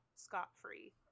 scot-free